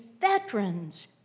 veterans